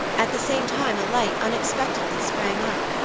at the same time a light unexpectedly sprang up,